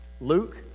Luke